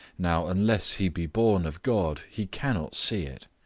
now unless he be born of god, he cannot see it.